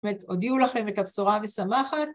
‫...הודיעו לכם את הבשורה המשמחת.